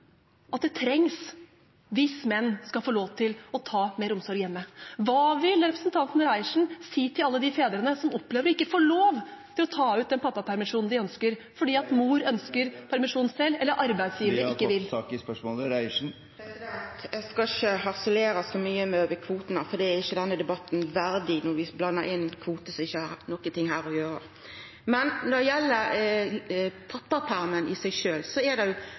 at det trengs hvis menn skal få lov til å ta mer av omsorg hjemme. Hva vil representanten Reiertsen si til alle de fedrene som opplever ikke å få lov til å ta ut den pappapermisjonen de ønsker fordi mor ønsker permisjonen selv eller arbeidsgiver ikke vil? Eg skal ikkje harselera så mykje over kvotane, for det er ikkje denne debatten verdig – når vi blandar inn kvotar som ikkje har noko her å gjera. Når det gjeld pappapermen i seg sjølv, må vi for det